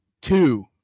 Two